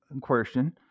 question